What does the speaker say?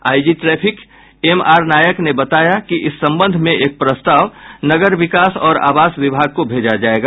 IG traffic MR Nayak ने बताया कि इस संबंध में एक प्रस्ताव नगर विकास और आवास विभाग भेजा जायेगा